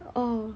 oh